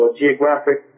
geographic